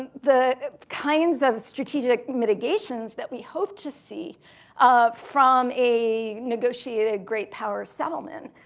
and the kinds of strategic mitigations that we hope to see um from a negotiated great powers settlement,